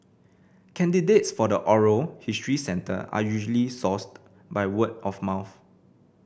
candidates for the oral history centre are usually sourced by word of mouth